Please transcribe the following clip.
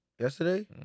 yesterday